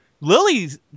Lily's